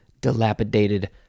Dilapidated